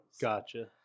Gotcha